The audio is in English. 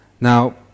Now